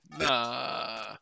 Nah